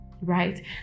Right